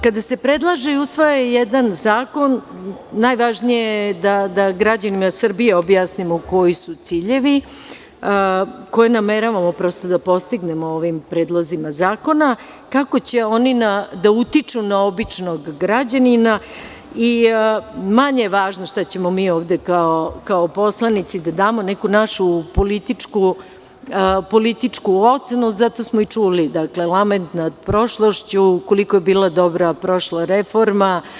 Kada se predlaže i usvaja jedan zakon, najvažnije je da građanima Srbije objasnimo koji su ciljevi koje nameravamo da postignemo ovim predlozima zakona, kako će oni da utiču na običnog građanina i manje važno, što ćemo mi ovde kao poslanici da damo neku našu političku ocenu, zato smo i čuli lament nad prošlošću, ukoliko je bila dobra prošla reforma.